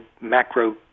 macro